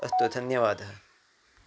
अस्तु धन्यवादः